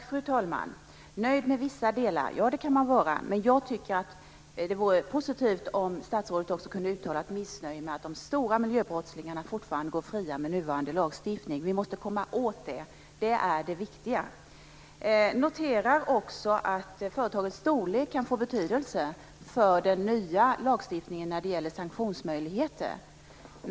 Fru talman! Ja, man kan vara nöjd med vissa delar. Men jag tycker att det vore positivt om statsrådet också kunde uttala ett missnöje med att de stora miljöbrottslingarna fortfarande går fria med nuvarande lagstiftning. Vi måste komma åt det. Det är det viktiga. Jag noterar också att företagets storlek kan få betydelse för den nya lagstiftningen när det gäller sanktionsmöjligheter.